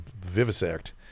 vivisect